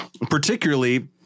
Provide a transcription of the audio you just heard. Particularly